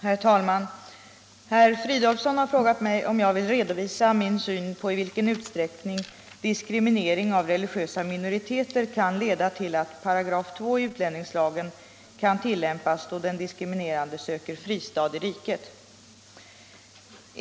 Herr talman! Herr Fridolfsson har frågat mig om jag vill redovisa min syn på i vilken utsträckning diskriminering av religiösa minoriteter kan leda till att 2 § utlänningslagen kan tillämpas då den diskriminerade söker fristad i riket.